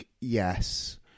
Yes